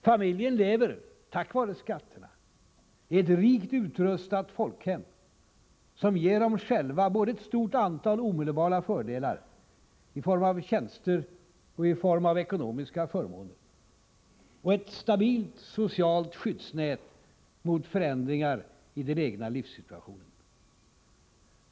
Familjen lever, tack vare skatterna, i ett rikt utrustat folkhem, som ger människorna både ett stort antal omedelbara fördelar, i form av tjänster och i form av ekonomiska förmåner, och ett stabilt socialt skyddsnät mot förändringar i den egna livssituationen.